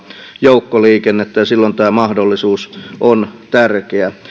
joukkoliikennettä ja silloin tämä mahdollisuus on tärkeä